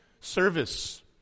Service